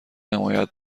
حمایت